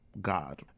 God